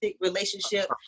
relationship